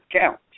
counts